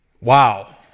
Wow